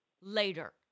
later